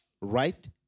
right